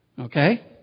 Okay